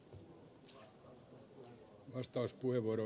arvoisa puhemies